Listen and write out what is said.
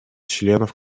членов